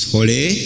Holy